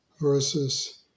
versus